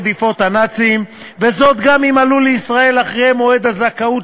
ולא הייתה הסתייגות,